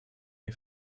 ihr